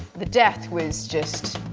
the death was just.